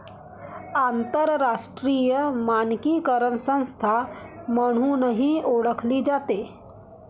आंतरराष्ट्रीय मानकीकरण संस्था म्हणूनही ओळखली जाते